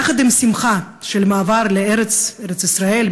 יחד עם השמחה של המעבר לארץ ישראל,